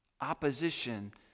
opposition